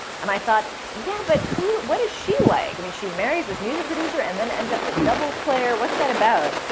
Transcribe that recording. and i thought, yeah, but what is she like? i mean, she marries this music producer and then ends up a doubles player. what's that about?